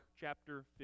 chapter